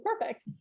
perfect